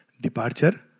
Departure